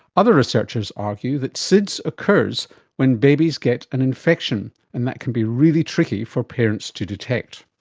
other research is argue that sids occurs when babies get an infection, and that can be really tricky for parents to detect.